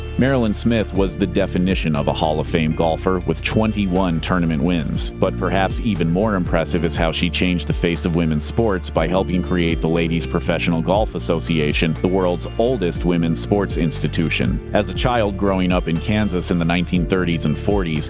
marilynn smith was the definition of a hall of fame golfer, with twenty one tournament wins. but perhaps even more impressive is how she changed the face of women's sports by helping create the ladies professional golf association, the world's oldest women's sports institution. as a child growing up in kansas in the nineteen thirty s and forty s,